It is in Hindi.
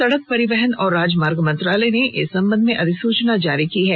सड़क परिवहन और राजमार्ग मंत्रालय ने इस संबंध में अधिसूचना जारी की है